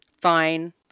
fine